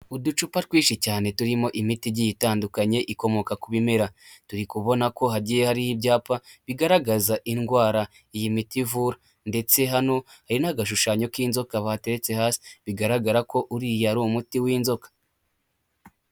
Uducupa twinshi cyane turimo imiti igiye itandukanye ikomoka ku bimera, turi kubona ko hagiye hariho ibyapa bigaragaza indwara, iyi miti ivura ndetse hano hari n'agashushanyo k'inzoka, batetse hasi bigaragara ko uriya ari umuti w'inzoka.